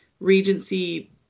Regency